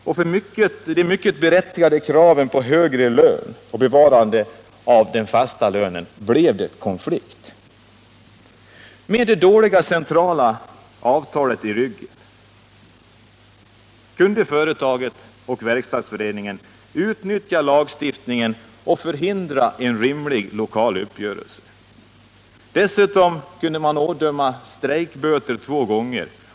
Med anledning av de mycket berättigade kraven på hög lön och bevarande av den fasta lönen blev det konflikt. Med ett dåligt centralt avtal i ryggen kunde företaget och Verkstadsföreningen utnyttja lagen och förhindra en rimlig lokal uppgörelse. Dessutom kunde man ådöma strejkböter två gånger.